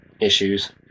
issues